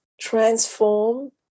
transform